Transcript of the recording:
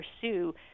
pursue